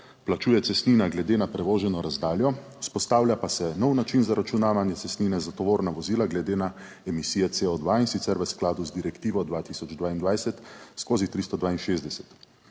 plačuje cestnina glede na prevoženo razdaljo, vzpostavlja pa se nov način zaračunavanja cestnine za tovorna vozila glede na emisije CO dva in sicer v skladu z direktivo 2022 skozi 362,